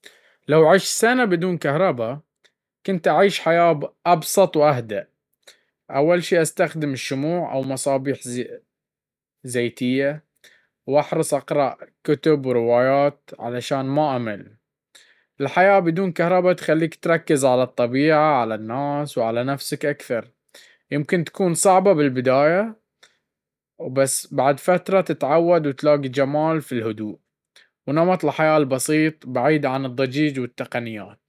لو عشت سنة بدون كهرباء، كنت أعيش حياة أبسط وأهدى. أول شي أستخدم الشموع أو مصابيح زيتية، وأحرص أقرأ كتب وروايات عشان ما أمل. الحياة بدون كهرباء تخليك تركز على الطبيعة، على الناس، وعلى نفسك أكثر. يمكن تكون صعبة بالبداية، بس بعد فترة تتعود وتلاقي جمال في هالهدوء ونمط الحياة البسيط، بعيد عن الضجيج والتقنيات